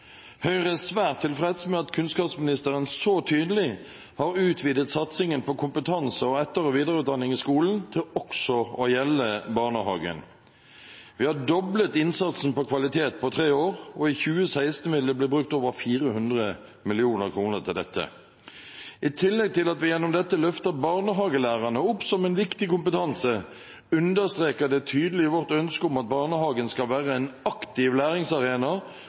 Høyre er svært tilfreds med at kunnskapsministeren så tydelig har utvidet satsingen på kompetanse og etter- og videreutdanning i skolen til også å gjelde barnehagen. Vi har doblet innsatsen på kvalitet på tre år, og i 2016 vil det bli brukt over 400 mill. kr til dette. I tillegg til at vi gjennom dette løfter barnehagelærerne, en viktig kompetanse, understreker det tydelig vårt ønske om at barnehagen skal være en aktiv læringsarena